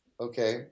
Okay